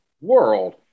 world